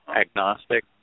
agnostic